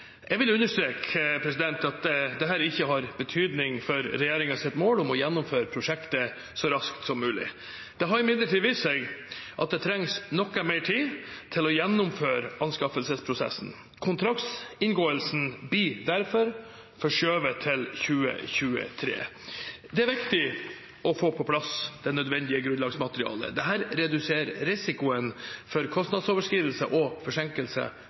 Jeg vil understreke at dette ikke har betydning for regjeringens mål om å gjennomføre prosjektet så raskt som mulig. Det har imidlertid vist seg at det trengs noe mer tid til å gjennomføre anskaffelsesprosessen. Kontraktinngåelsen blir derfor forskjøvet til 2023. Det er viktig å få på plass det nødvendige grunnlagsmaterialet. Dette reduserer risikoen for kostnadsoverskridelser og